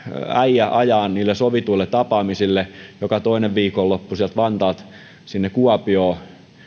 äijä ajaa niille sovituille tapaamisille joka toinen viikonloppu vantaalta kuopioon